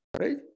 right